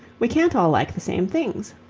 we can't all like the same things.